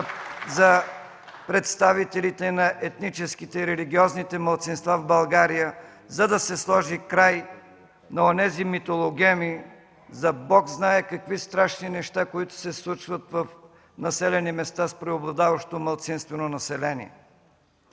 за представителите на етническите, религиозните малцинства в България, за да се сложи край на онези митологеми за Бог знае какви страшни неща, които се случват в населени места с преобладаващо малцинствено население.